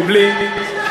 מבלי,